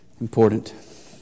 important